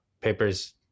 papers